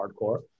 hardcore